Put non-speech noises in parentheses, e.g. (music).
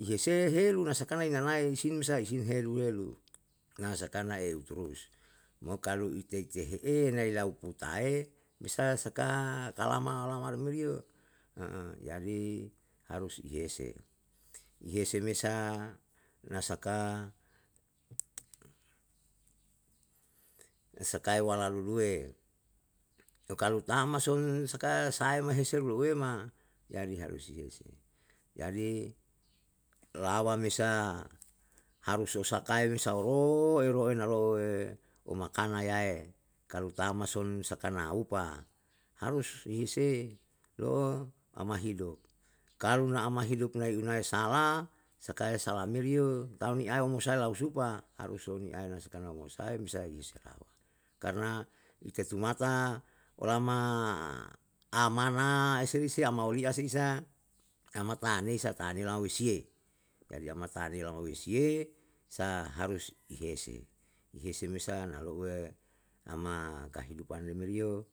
ihese helu na sakana inanae sim sa isin helu helu, na saka na eu turus, mo kalu ite tehe'e nai lau putae, mesa saka kalama lama re meri yo, (hesitation) jadi harus ihese, ihese me sa na saka, na sakae walaluluwe yo kalu tam masun sakae sae mahese luluwe ma yani harus si hese, jadi lawa mesa harus si sakae me sauroroe ero nalo'e umakana yae, kalu tam mason sakana upa, harus nihise lo ama hidup, kalu na ama hidup nai unae salah, sakae salaha meri yo, tau niae rumusa lai supa, harus sou niae na sakana mo sae me sa ise rawa. Karna itetumata olama amana ese isi amaoliya sin sa ama tanei sa tanei lau sa isiye, jadi amatanei lama isiye, sa harus ihese, ihese mesa na louwe ama kahidupan re meri yo